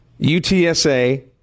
UTSA